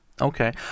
okay